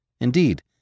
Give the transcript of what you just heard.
Indeed